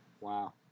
Wow